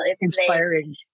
inspiring